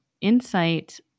insight